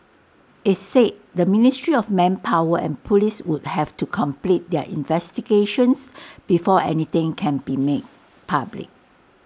IT said the ministry of manpower and Police would have to complete their investigations before anything can be made public